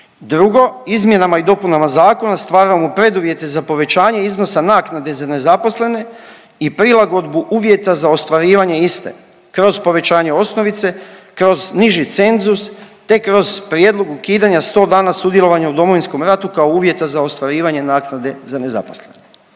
Drugo, izmjenama i dopunama zakona stvaramo preduvjete za povećanje iznosa naknade za nezaposlene i prilagodbu uvjeta za ostvarivanje iste kroz povećanje osnovice, kroz niži cenzus te kroz prijedlog ukidanja 100 dana sudjelovanja u Domovinskom ratu kao uvjeta za ostvarivanje naknade za nezaposlene.